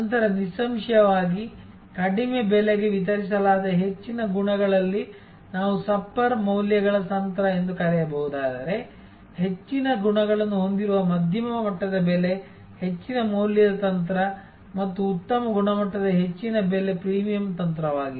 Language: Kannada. ನಂತರ ನಿಸ್ಸಂಶಯವಾಗಿ ಕಡಿಮೆ ಬೆಲೆಗೆ ವಿತರಿಸಲಾದ ಹೆಚ್ಚಿನ ಗುಣಗಳಲ್ಲಿ ನಾವು ಸಪ್ಪರ್ ಮೌಲ್ಯಗಳ ತಂತ್ರ ಎಂದು ಕರೆಯಬಹುದಾದರೆ ಹೆಚ್ಚಿನ ಗುಣಗಳನ್ನು ಹೊಂದಿರುವ ಮಧ್ಯಮ ಮಟ್ಟದ ಬೆಲೆ ಹೆಚ್ಚಿನ ಮೌಲ್ಯದ ತಂತ್ರ ಮತ್ತು ಉತ್ತಮ ಗುಣಮಟ್ಟದ ಹೆಚ್ಚಿನ ಬೆಲೆ ಪ್ರೀಮಿಯಂ ತಂತ್ರವಾಗಿದೆ